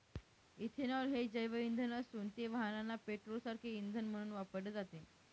ethanol हे जैवइंधन असून ते वाहनांना पेट्रोलसारखे इंधन म्हणून वापरले जाते